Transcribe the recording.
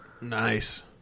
Nice